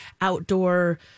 outdoor